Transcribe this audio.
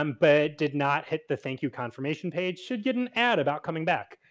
um but did not hit the thank you confirmation page should get an ad about coming back.